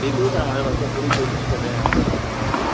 बिल्कुल सर हमारे वर्कर पूरी कोशिश कर रहे हैं आपका काम करने के लिए